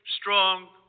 strong